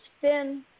fin